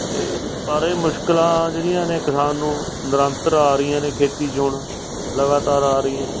ਅਤੇ ਪਰ ਇਹ ਮੁਸ਼ਕਿਲਾਂ ਜਿਹੜੀਆਂ ਨੇ ਕਿਸਾਨ ਨੂੰ ਨਿਰੰਤਰ ਆ ਰਹੀਆਂ ਨੇ ਖੇਤੀ 'ਚ ਹੁਣ ਲਗਾਤਾਰ ਆ ਰਹੀਆਂ